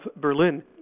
Berlin